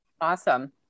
awesome